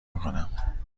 میکنم